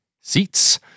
Seats